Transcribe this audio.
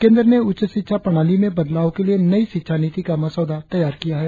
केंद्र ने उच्च शिक्षा प्रणाली में बदलाव के लिए नई शिक्षा नीति का मसौदा तैयार किया है